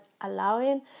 allowing